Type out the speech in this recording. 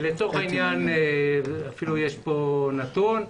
יש כאן נתון.